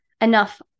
enough